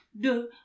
de